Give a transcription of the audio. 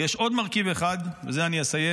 ויש עוד מרכיב אחד, ובזה אני אסיים,